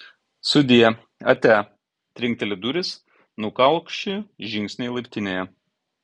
sudie atia trinkteli durys nukaukši žingsniai laiptinėje